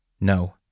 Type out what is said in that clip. No